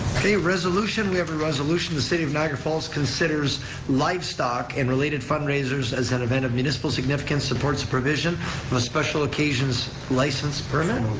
resolution, we have a resolution, the city of niagara falls considers livestock and related fundraisers as an event of municipal significance, supports the provision of a special occasions license permit.